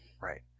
Right